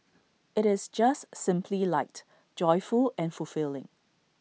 IT is just simply light joyful and fulfilling